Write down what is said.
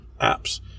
apps